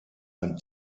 ein